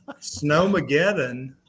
snowmageddon